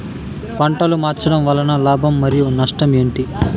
పంటలు మార్చడం వలన లాభం మరియు నష్టం ఏంటి